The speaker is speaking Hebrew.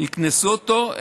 יקנסו אותו,